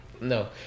No